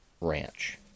ranch